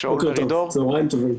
צוהריים טובים.